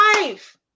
life